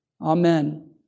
Amen